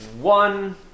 one